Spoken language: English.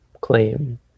claim